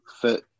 fit